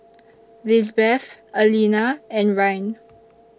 Lisbeth Allena and Ryne